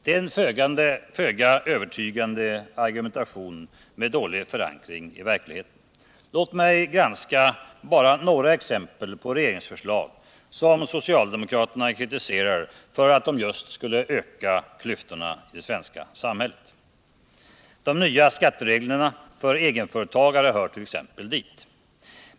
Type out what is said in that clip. Det är en föga övertygande argumentation med dålig förankring i verkligheten. Låt mig granska några exempel på regeringsförslag som socialdemokraterna kritiserar för att de just skulle öka klyftorna i samhället: De nya skattereglerna för egenföretagare hör dit.